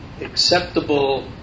acceptable